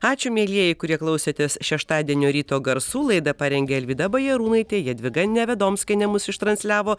ačiū mielieji kurie klausėtės šeštadienio ryto garsų laidą parengė alvyda bajarūnaitė jadvyga nevedomskienė mus ištransliavo